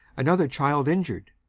another child injured.